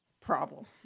problem